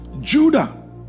Judah